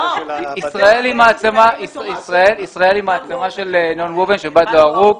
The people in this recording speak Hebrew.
ישראל היא מעצמה של נון גובן, של בד לא ארוג.